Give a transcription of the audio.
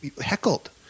heckled